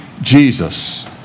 Jesus